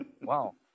Wow